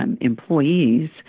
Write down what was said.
employees